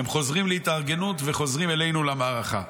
הם חוזרים להתארגנות וחוזרים אלינו למערכה.